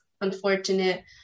unfortunate